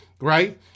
right